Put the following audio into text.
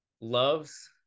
loves